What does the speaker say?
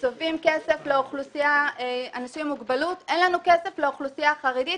צובעים כסף לאנשים עם מוגבלות אבל אין לנו כסף לאוכלוסייה החרדית.